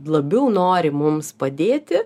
labiau nori mums padėti